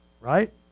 Right